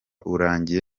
urangiye